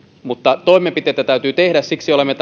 mutta toimenpiteitä täytyy tehdä siksi olemme